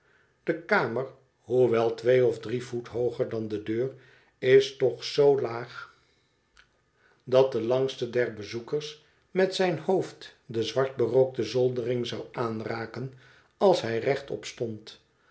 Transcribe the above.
de kamer hoewel twee of drie voet hooger dan de deur is toch zoo laag dat de langste der bezoekers met zijn hoofd de zwart berookte zoldering zou aanraken als hij rechtop stond